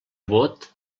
vot